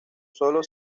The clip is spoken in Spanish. sólo